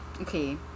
okay